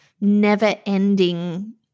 never-ending